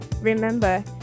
Remember